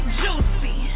juicy